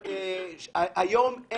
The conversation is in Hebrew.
היום,